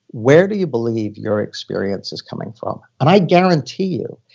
where do you believe your experience is coming from? and i guarantee you,